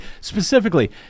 Specifically